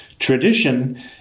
Tradition